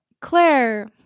Claire